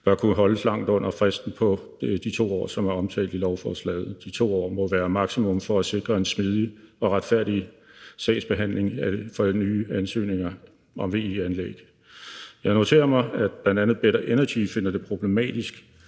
bør kunne holdes langt under fristen på de 2 år, som er omtalt i lovforslaget. De 2 år må være maksimum for at sikre en smidig og retfærdig sagsbehandling for nye ansøgninger om VE-anlæg. Jeg noterer mig, at bl.a. Better Energy finder det problematisk,